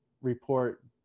report